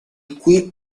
qui